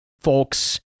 Folks